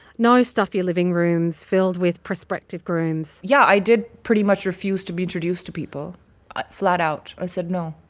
no stuffy living rooms filled with prospective grooms yeah, i did pretty much refuse to be introduced to people flat out. i said, no.